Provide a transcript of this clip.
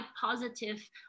positive